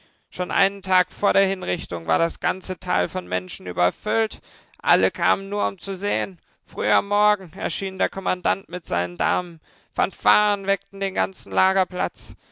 schon einen tag vor der hinrichtung war das ganze tal von menschen überfüllt alle kamen nur um zu sehen früh am morgen erschien der kommandant mit seinen damen fanfaren weckten den ganzen